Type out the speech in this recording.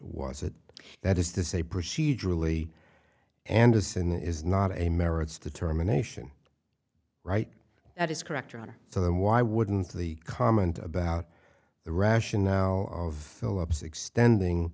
was it that is to say procedurally anderson is not a merits determination right that is correct your honor so then why wouldn't the comment about the rationale of philip's extending